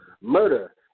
murder